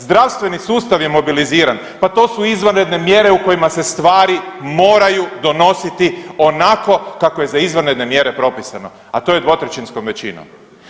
Zdravstveni sustav je mobiliziran, pa to su izvanredne mjere u kojima se stvari moraju donositi onako kako je za izvanredne mjere propisano, a to je dvotrećinskom većinom.